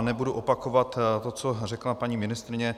Nebudu opakovat to, co řekla paní ministryně.